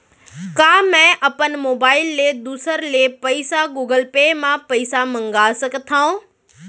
का मैं अपन मोबाइल ले दूसर ले पइसा गूगल पे म पइसा मंगा सकथव?